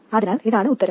അതിനാൽ അതാണ് ഉത്തരം